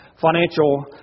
financial